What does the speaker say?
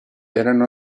erano